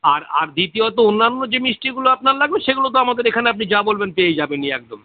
আর আর দ্বিতীয়ত অন্যান্য যে মিষ্টিগুলো আপনার লাগবে সেগুলো তো আমাদের এখানে আপনি যা বলবেন পেয়েই যাবেনই একদম